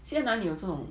现在哪里有这种